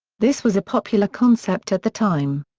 this was a popular concept at the time.